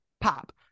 Pop